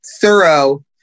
thorough